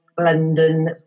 London